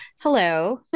Hello